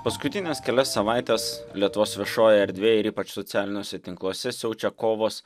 paskutines kelias savaites lietuvos viešojoj erdvėj ir ypač socialiniuose tinkluose siaučia kovos